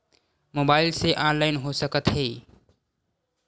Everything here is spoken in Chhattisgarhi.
मोबाइल से ऑनलाइन हो सकत हे?